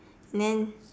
then